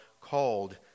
called